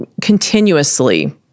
continuously